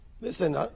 Listen